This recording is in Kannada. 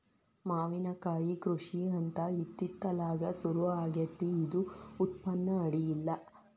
ಮಾವಿನಕಾಯಿ ಕೃಷಿ ಅಂತ ಇತ್ತಿತ್ತಲಾಗ ಸುರು ಆಗೆತ್ತಿ ಇದು ಉತ್ಪನ್ನ ಅಡಿಯಿಲ್ಲ